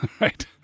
right